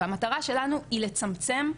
והמטרה שלנו היא לצמצם.